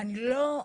אני לא,